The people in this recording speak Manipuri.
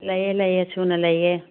ꯂꯩꯌꯦ ꯂꯩꯌꯦ ꯁꯨꯅ ꯂꯩꯌꯦ